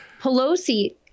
Pelosi